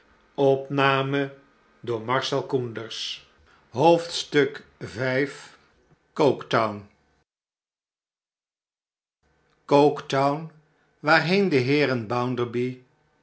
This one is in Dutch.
v coketown coketown waarheen de heeren